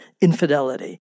infidelity